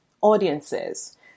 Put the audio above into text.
audiences